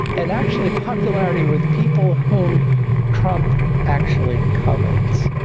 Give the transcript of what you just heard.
and, actually, popularity with people whom trump actually covets.